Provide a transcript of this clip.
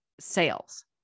sales